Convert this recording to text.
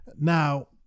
Now